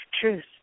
truth